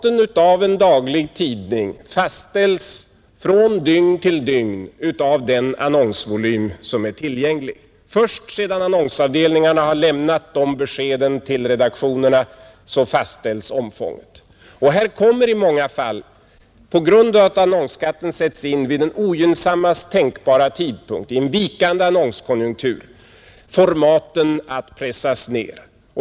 En daglig tidnings format fastställs från dygn till dygn av den annonsvolym som är tillgänglig. Först sedan annonsavdelningen har lämnat sitt besked till redaktionen fastställs omfånget. På grund av att annonsskatten sätts in vid ogynnsammast tänkbara tidpunkt, i en vikande annonskonjunktur, kommer formaten i många fall att pressas ner.